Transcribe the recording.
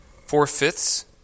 four-fifths